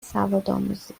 سوادآموزی